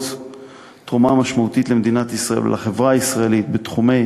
תרומה משמעותית למדינת ישראל ולחברה הישראלית בתחומי